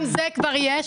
גם זה כבר יש.